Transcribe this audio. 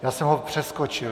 Já jsem ho přeskočil.